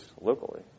locally